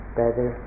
better